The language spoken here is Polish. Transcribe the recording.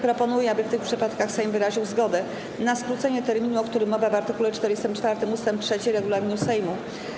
Proponuję, aby w tych przypadkach Sejm wyraził zgodę na skrócenie terminu, o którym mowa w art. 44 ust. 3 regulaminu Sejmu.